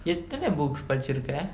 எத்தன:ethana books படிச்சிருக்க:padichirukka